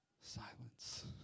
Silence